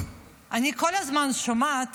אני כל הזמן שומעת